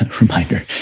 reminder